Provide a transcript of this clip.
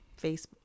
Facebook